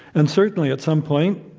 and certainly, at some point,